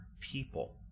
people